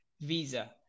visa